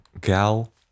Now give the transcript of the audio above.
gal